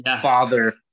father